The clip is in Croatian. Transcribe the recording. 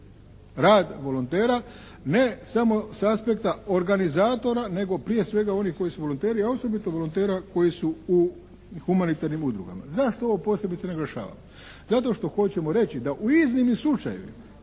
rad volontera ne samo sa aspekta organizatora nego prije svega onih koji su volonteri a osobito volontera koji su u humanitarnim udrugama. Zašto ovo posebice naglašavam? Zato što hoćemo reći da u iznimnim slučajevima